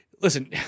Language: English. listen